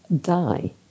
die